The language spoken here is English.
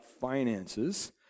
finances